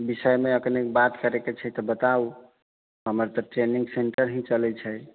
विषयमे कनि बात करैके छै तऽ बताउ हमर तऽ ट्रेनिंग सेंटर ही चलै छै